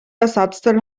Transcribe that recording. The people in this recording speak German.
ersatzteil